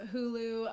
Hulu